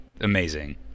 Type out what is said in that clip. amazing